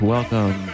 Welcome